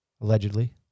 allegedly